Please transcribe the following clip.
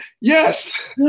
Yes